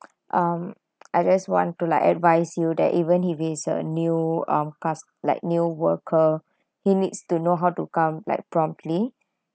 um I just want to like advise you that even if he's a new um cust~ like new worker he needs to know how to come like promptly